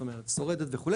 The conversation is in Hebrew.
זאת אומרת שורדת וכו',